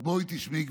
אז בואי תשמעי,